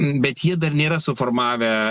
bet jie dar nėra suformavę